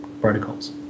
Protocols